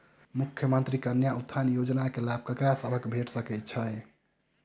मुख्यमंत्री कन्या उत्थान योजना कऽ लाभ ककरा सभक भेट सकय छई?